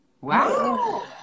wow